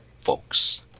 folks